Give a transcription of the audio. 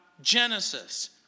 Genesis